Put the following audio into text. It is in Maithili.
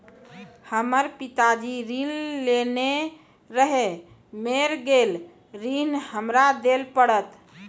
हमर पिताजी ऋण लेने रहे मेर गेल ऋण हमरा देल पड़त?